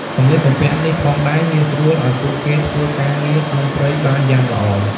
សម្លៀកបំពាក់នេះផងដែរងាយស្រួលឱ្យពួកគេធ្វើការងារក្នុងព្រៃបានយ៉ាងល្អ។